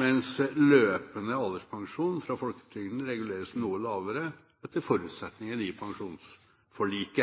mens løpende alderspensjon fra folketrygden reguleres noe lavere, etter forutsetningen i